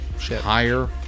higher